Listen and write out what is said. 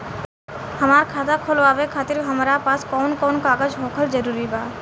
हमार खाता खोलवावे खातिर हमरा पास कऊन कऊन कागज होखल जरूरी बा?